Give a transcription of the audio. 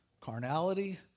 Carnality